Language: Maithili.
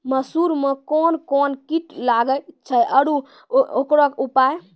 मसूर मे कोन कोन कीट लागेय छैय आरु उकरो उपाय?